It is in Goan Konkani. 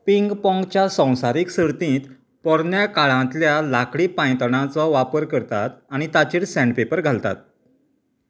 पिंग पोंगच्या संवसारीक सर्तींत पोरन्या काळांतल्या लाकडी पांयतणांचो वापर करतात आनी ताचेर सँडपेपर घालतात